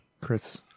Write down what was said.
Chris